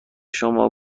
شما